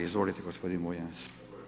Izvolite gospodin Bunjac.